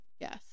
yes